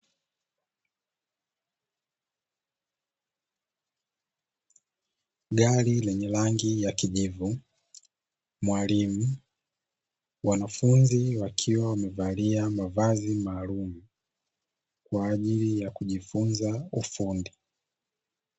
Gari lenye rangi ya kijivu, mwalimu, wanafunzi wakiwa wamevalia mavazi maalumu kwa ajili ya kujifunza ufundi.